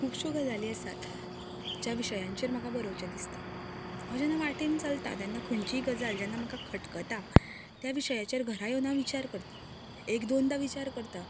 खुबश्यो गजाली आसात ज्या विशयांचेर म्हाका बरोवचें दिसता हांव जेन्ना वाटेन चलता तेन्ना खंयची गजाल जेन्ना म्हाका खटकता त्या विशयाचेर घरा येवन हांव विचार करता एक दोनदां विचार करता